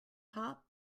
top